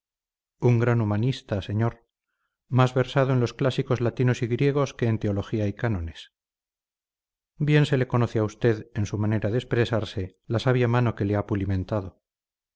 un gran humanista señor más versado en los clásicos latinos y griegos que en teología y cánones bien se le conoce a usted en su manera de expresarse la sabia mano que le ha pulimentado